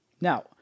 Now